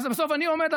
אז בסוף אני עומד,